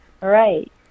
Right